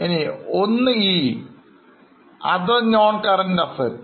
1 e other noncurrent assets